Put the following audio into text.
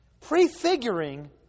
prefiguring